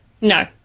No